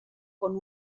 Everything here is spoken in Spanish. con